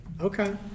Okay